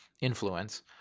influence